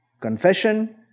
confession